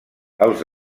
els